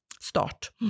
start